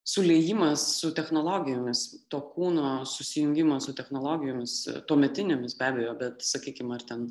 suliejimas su technologijomis to kūno susijungimo su technologijoms tuometinėmis be abejo bet sakykim ar ten